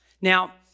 Now